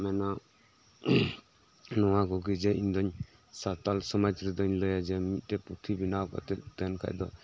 ᱢᱮᱱᱟ ᱱᱚᱣᱟ ᱠᱚᱜᱮ ᱡᱟ ᱤᱧ ᱫᱚᱧ ᱥᱟᱶᱛᱟᱞ ᱥᱚᱢᱟᱡᱽ ᱨᱮᱫᱚᱧ ᱞᱟᱹᱭᱟ ᱡᱮ ᱢᱤᱜᱴᱮᱡ ᱯᱩᱛᱷᱤ ᱵᱮᱱᱟᱣ ᱠᱟᱛᱮᱜ ᱛᱟᱦᱮᱸᱱ ᱠᱷᱟᱡ ᱫᱚ